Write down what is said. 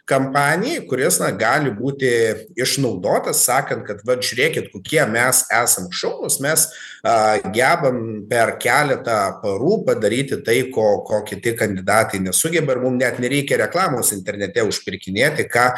kampanijai kuris gali būti išnaudotas sakant kad vat žiūrėkit kokie mes esam šaunūs mes a gebam per keletą parų padaryti tai ko ko kiti kandidatai nesugeba ir mum net nereikia reklamos internete užpirkinėti ką